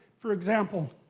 for example,